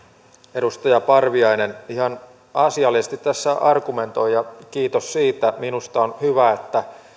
edustaja parviainen ihan asiallisesti tässä argumentoi ja kiitos siitä minusta on hyvä että